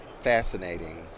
fascinating